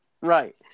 Right